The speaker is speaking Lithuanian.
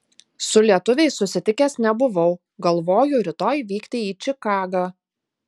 su lietuviais susitikęs nebuvau galvoju rytoj vykti į čikagą